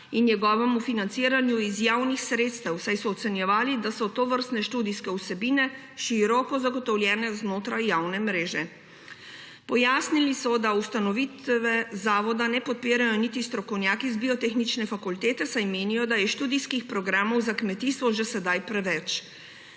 in njegovemu financiranju iz javnih sredstev, saj so ocenjevali, da so tovrstne študijske vsebine široko zagotovljene znotraj javne mreže. Pojasnili so, da ustanovitve zavoda ne podpirajo niti strokovnjaki z Biotehniške fakultete, saj menijo, da je študijskih programov za kmetijstvo že sedaj preveč.